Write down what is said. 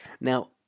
Now